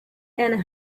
and